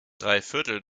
dreiviertel